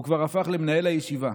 הוא כבר הפך למנהל הישיבה.